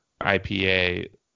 IPA